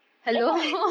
that's why